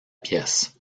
pièce